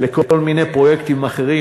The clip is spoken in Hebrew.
לכל מיני פרויקטים אחרים,